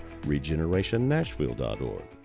regenerationnashville.org